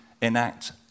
enact